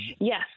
Yes